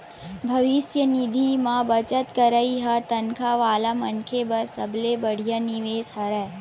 भविस्य निधि म बचत करई ह तनखा वाला मनखे बर सबले बड़िहा निवेस हरय